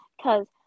cause